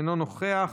אינו נוכח.